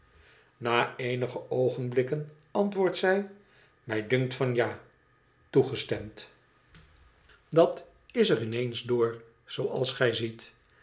na eenige oogenblikken antwoordt zij mij dunkt van ja toegestemd dat is er in eens door zooals gij ziet